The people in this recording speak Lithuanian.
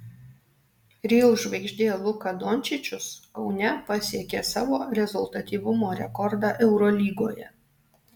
real žvaigždė luka dončičius kaune pasiekė savo rezultatyvumo rekordą eurolygoje